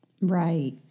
Right